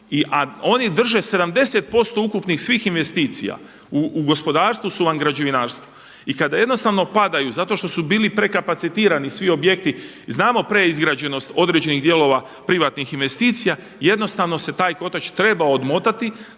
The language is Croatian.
oni drže 70% ukupnih svih investicija u gospodarstvu su vam i građevinarstvu. I kada jednostavno padaju zato što su bili prekapacitirani svi objekti znamo prigrađenost određenih dijelova privatnih investicija, jednostavno se taj kotač treba odmotati,